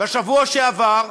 בשבוע שעבר,